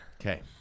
Okay